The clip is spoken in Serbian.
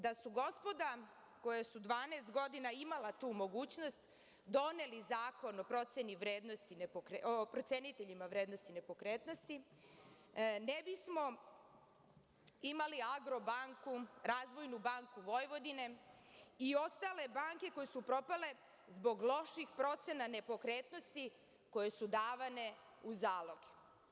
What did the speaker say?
Da su gospoda koja su 12 godina imala tu mogućnost doneli zakon o proceniteljima vrednosti nepokretnosti, ne bismo imali „Agrobanku“, „Razvojnu banku Vojvodine“ i ostale banke koje su propale zbog loših procena nepokretnosti koje su davane u zaloge.